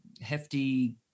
hefty